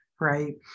Right